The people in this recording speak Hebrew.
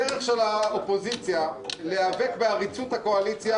הדרך של האופוזיציה להיאבק בעריצות הקואליציה